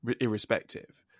irrespective